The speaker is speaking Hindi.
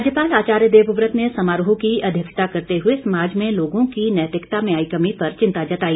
राज्यपाल आचार्य देवव्रत ने समारोह की अध्यक्षता करते हुए समाज में लोगों की नैतिकता में आई कमी पर चिंता जताई